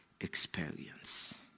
experience